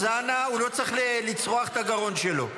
אז אנא, הוא לא צריך לצרוח את הגרון שלו.